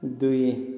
ଦୁଇ